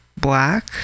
black